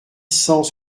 cent